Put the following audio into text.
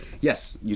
yes